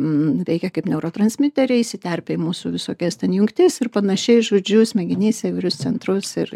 nuteikia kaip neurotransmiteriai įsiterpia į mūsų visokias ten jungtis ir panašiai žodžiu smegenyse įvairius centrus ir